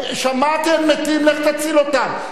שמעתי, מתים, לך תציל אותם.